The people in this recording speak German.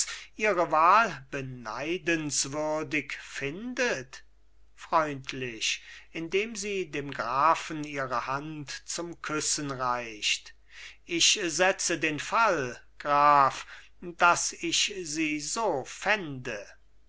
ihre wahl beneidenswürdig findet freundlich indem sie dem grafen ihre hand zum küssen reicht ich setze den fall graf daß ich sie so fände